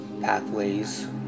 pathways